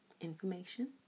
information